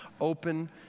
Open